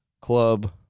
club